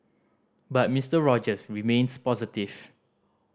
but Mister Rogers remains positive